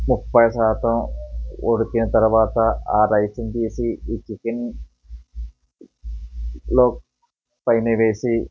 ముప్పై శాతం ఉడికిన తరువాత ఆ రైస్ని తీసి ఈ చికెన్లో పైన వేసి